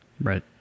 Right